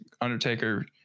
undertaker